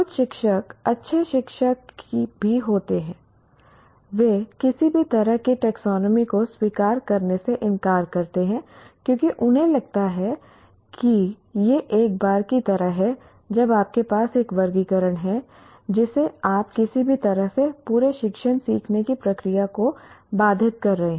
कुछ शिक्षक अच्छे शिक्षक भी होते हैं वे किसी भी तरह के टैक्सोनॉमी को स्वीकार करने से इंकार करते हैं क्योंकि उन्हें लगता है कि यह एक बार की तरह है जब आपके पास एक वर्गीकरण है जिसे आप किसी भी तरह से पूरे शिक्षण सीखने की प्रक्रिया को बाधित कर रहे हैं